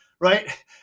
right